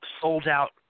sold-out